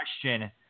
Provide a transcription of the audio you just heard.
question